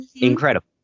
incredible